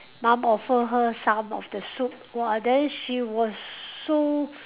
mum offer her some of the soup !wah! then she was so